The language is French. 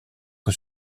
que